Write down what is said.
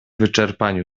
wyczerpaniu